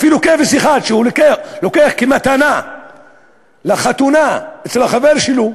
אפילו כבש אחד שהוא לוקח כמתנה לחתונה אצל החבר שלו,